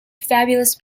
fabulous